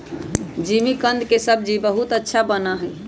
जिमीकंद के सब्जी बहुत अच्छा बना हई